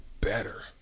better